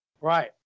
Right